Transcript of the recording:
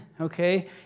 Okay